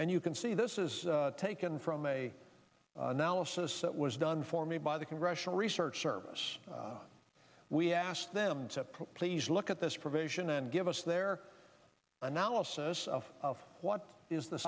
and you can see this is taken from a analysis that was done for me by the congressional research service we asked them to please look at this provision and give us their analysis of what is the